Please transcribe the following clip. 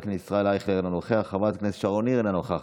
חברת הכנסת אורית פרקש הכהן, אינה נוכחת,